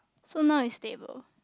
so now is stable